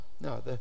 no